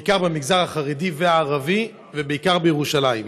בעיקר במגזר החרדי ובמגזר הערבי, ובעיקר בירושלים.